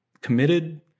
committed